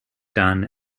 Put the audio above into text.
done